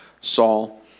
saul